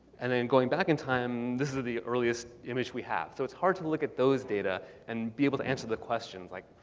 and then going back in time, this is the earliest image we have. so it's hard to to look at those data and be able to answer the questions like,